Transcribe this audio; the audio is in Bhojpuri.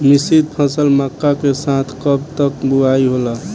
मिश्रित फसल मक्का के साथ कब तक बुआई होला?